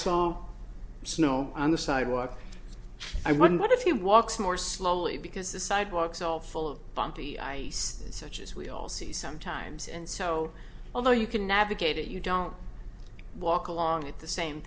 saw snow on the sidewalk i wondered if he walks more slowly because the sidewalks all full of bumpy ice such as we all see sometimes and so although you can navigate it you don't walk along at the same